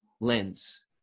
lens